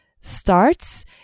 starts